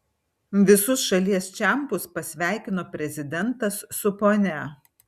visus šalies čempus pasveikino prezidentas su ponia